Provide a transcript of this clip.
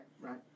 right